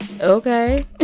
okay